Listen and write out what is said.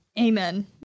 amen